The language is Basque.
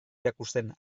erakusten